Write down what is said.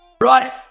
Right